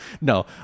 No